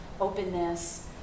openness